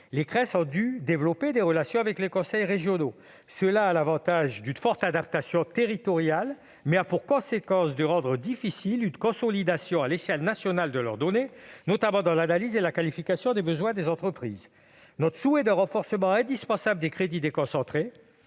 Les Cress ont dû développer des relations avec les conseils régionaux. Cela représente l'avantage d'une meilleure adaptation territoriale, mais a pour conséquence de rendre difficile une consolidation à l'échelle nationale de leurs données, notamment dans l'analyse et la qualification des besoins des entreprises de l'ESS. Nous jugeons indispensable un renforcement des crédits déconcentrés,